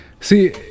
See